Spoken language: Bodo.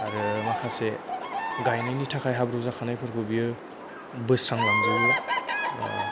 आरो माखासे गायनायनि थाखाय हाब्रु जाखानायफोरखौ बेयो बोस्रांलांजोबो ओ